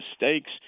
mistakes